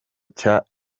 cya